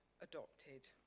adopted